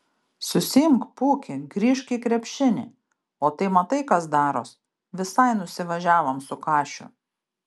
susiimk pūki grįžk į krepšinį o tai matai kas daros visai nusivažiavom su kašiu